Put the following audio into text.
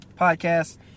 podcast